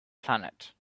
planet